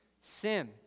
sin